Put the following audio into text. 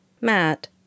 Matt